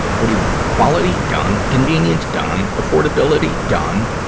what do you want? quality? done. convenience? done. affordability? done.